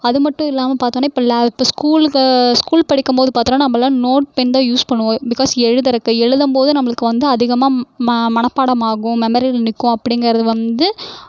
அது மட்டும் இல்லாமல் பார்த்தோனே இப்போ ஸ்கூலுக்கு ஸ்கூல் படிக்கும்போது பார்த்தோனா நம்மலாம் நோட் பென் தான் யூஸ் பண்ணுவோம் பிக்காஸ் எழுதுறக்கு எழுதும் போது நம்மளுக்கு வந்து அதிகமாக மனப்பாடம் ஆகும் மெமரியில் நிற்கும் அப்படிங்குறது வந்து